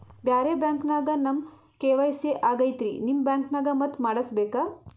ಬ್ಯಾರೆ ಬ್ಯಾಂಕ ನ್ಯಾಗ ನಮ್ ಕೆ.ವೈ.ಸಿ ಆಗೈತ್ರಿ ನಿಮ್ ಬ್ಯಾಂಕನಾಗ ಮತ್ತ ಮಾಡಸ್ ಬೇಕ?